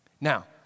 Now